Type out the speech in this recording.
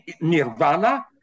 nirvana